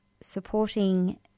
supporting